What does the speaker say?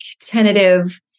tentative